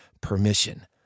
permission